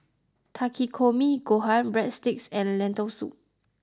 Takikomi Gohan Breadsticks and Lentil Soup